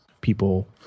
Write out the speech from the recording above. people